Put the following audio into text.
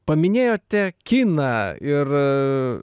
paminėjote kiną ir